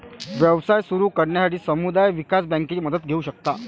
व्यवसाय सुरू करण्यासाठी समुदाय विकास बँकेची मदत घेऊ शकता